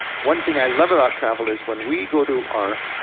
one thing i love about travel is when we go to our,